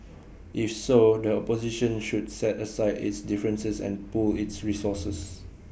if so the opposition should set aside its differences and pool its resources